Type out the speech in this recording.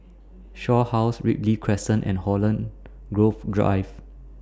Shaw House Ripley Crescent and Holland Grove Drive